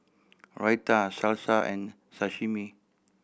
Raita Salsa and Sashimi